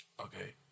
Okay